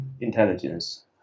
intelligence